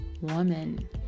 woman